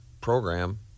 program